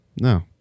No